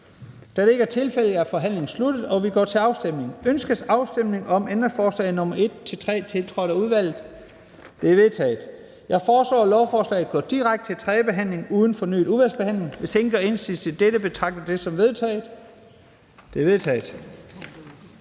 Første næstformand (Leif Lahn Jensen): Ønskes afstemning om ændringsforslag nr. 1-3, tiltrådt af udvalget? De er vedtaget. Jeg foreslår, at lovforslaget går direkte til tredje behandling uden fornyet udvalgsbehandling. Hvis ingen gør indsigelse mod dette, betragter jeg det som vedtaget. Det er vedtaget.